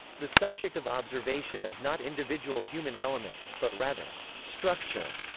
the subject of observation is not individual human elements, but rather structure.